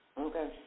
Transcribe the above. Okay